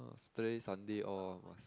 Saturday Sunday all must